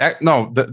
No